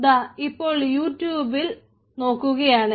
ദാ ഇപ്പോൾ യൂട്യൂബിൽ നോക്കുകയാണ്